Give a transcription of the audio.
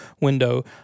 window